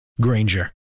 Granger